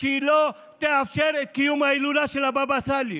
שהיא לא תאפשר את קיום ההילולה של הבבא סאלי.